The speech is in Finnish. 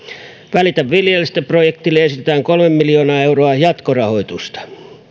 välitä viljelijästä projektille esitetään kolme miljoonaa euroa jatkorahoitusta